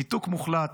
ניתוק מוחלט,